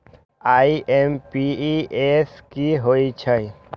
IMPS की होईछइ?